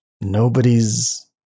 nobody's